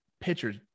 pitchers